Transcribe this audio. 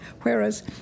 whereas